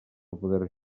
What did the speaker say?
poder